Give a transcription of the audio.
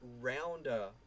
rounder